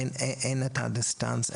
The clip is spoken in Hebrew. אין את הדיסטנס,